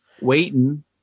waiting